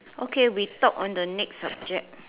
okay we talk on the next subject